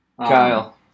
Kyle